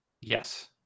Yes